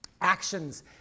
actions